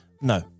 No